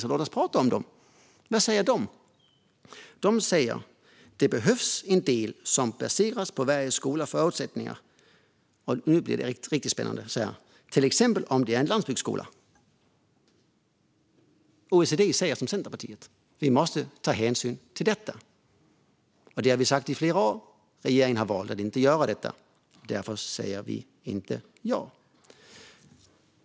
Så låt oss prata om vad de säger. De säger att det behövs en del som baseras på varje skolas förutsättningar - nu blir det riktigt spännande - till exempel om det är en landsbygdsskola. OECD säger alltså som Centerpartiet, att vi måste ta hänsyn till detta. Vi har sagt det i flera år, men regeringen har valt att inte göra det. Därför säger vi inte ja.